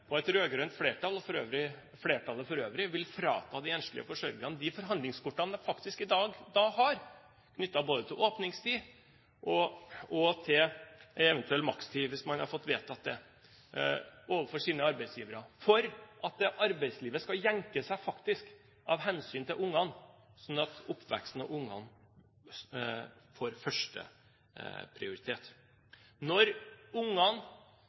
et rød-grønt flertall og flertallet for øvrig vil frata de enslige forsørgerne de forhandlingskortene de faktisk har i dag knyttet til både åpningstid og eventuell makstid, hvis man har fått vedtatt det, overfor sine arbeidsgivere, der arbeidslivet faktisk skal jenke seg av hensyn til ungene, slik at oppveksten til ungene får førsteprioritet. Når ungenes interesser kolliderer med de voksnes interesser, da skal ungene